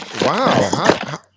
Wow